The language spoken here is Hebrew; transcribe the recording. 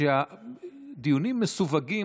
כשהדיונים מסווגים,